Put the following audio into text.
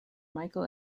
michael